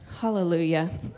Hallelujah